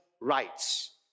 rights